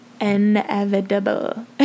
inevitable